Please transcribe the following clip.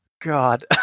God